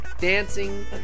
dancing